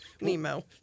Nemo